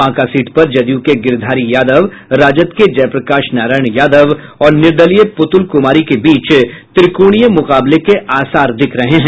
Banka seat पर जदयू के गिरिधारी यादव राजद के जय प्रकाश नारायण यादव और निर्दलीय पुतुल कुमारी के बीच त्रिकोणीय मुकाबले के आसार दिख रहे हैं